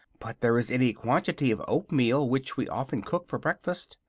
but there is any quantity of oatmeal, which we often cook for breakfast.